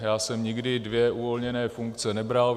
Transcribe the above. Já jsem nikdy dvě uvolněné funkce nebral.